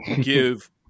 give